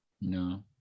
No